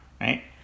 right